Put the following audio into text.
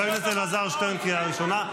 חבר הכנסת אלעזר שטרן, קריאה ראשונה.